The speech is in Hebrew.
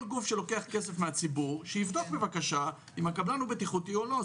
כל גוף שלוקח כסף מהציבור שיבדוק בבקשה אם הקבלן בטיחותי או לא.